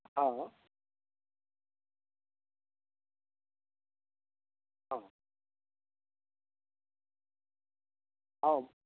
हॅं हॅं हॅं